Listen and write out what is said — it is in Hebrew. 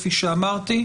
כפי שאמרתי,